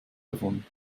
davon